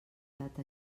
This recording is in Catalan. data